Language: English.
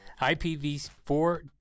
IPv4